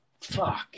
Fuck